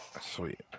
Sweet